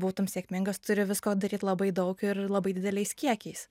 būtum sėkmingas turi visko daryt labai daug ir labai dideliais kiekiais